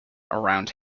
around